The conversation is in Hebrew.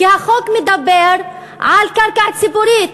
כי החוק מדבר על קרקע ציבורית,